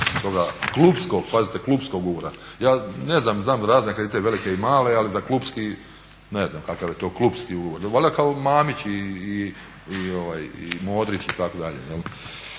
klupskog ugovora. Ja ne znam znam razne kredite velike i male, ali za klupski ugovor. Ne znam kakav je to klupski ugovor. Valjda kao Mamić i Modrić itd.